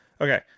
okay